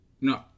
No